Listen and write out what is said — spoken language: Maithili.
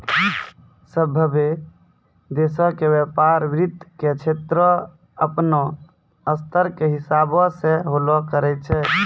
सभ्भे देशो के व्यपार वित्त के क्षेत्रो अपनो स्तर के हिसाबो से होलो करै छै